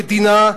המדינה,